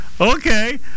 okay